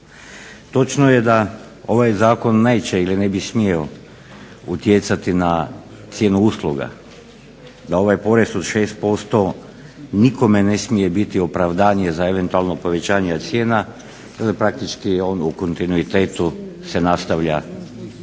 Točno je da ovaj zakon neće ili ne bi smio utjecati na cijenu usluga, da ovaj porez od 6% nikome ne smije biti opravdanje za eventualno povećanje cijena tako da praktički on u kontinuitetu se nastavlja primjenjivati.